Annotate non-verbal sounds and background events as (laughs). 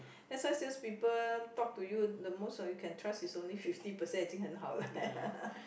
that's why sales people talk to you the most you can trust is only fifty percent 已经很好了 eh (laughs)